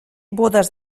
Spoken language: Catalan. bodes